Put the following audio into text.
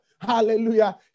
Hallelujah